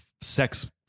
sex